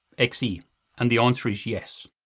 xe, and the answer is yes.